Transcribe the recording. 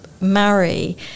marry